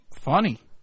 Funny